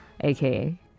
aka